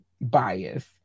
bias